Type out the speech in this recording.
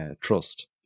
trust